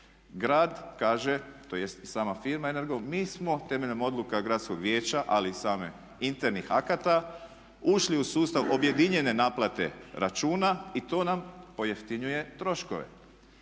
Grad kaže, tj. i sama firma Energo mi smo temeljem odluka gradskog vijeća ali i samih internih akata ušli u sustav objedinjene naplate računa i to nam pojeftinjuje troškove.